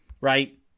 Right